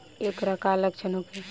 ऐकर का लक्षण होखे?